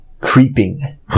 creeping